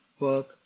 work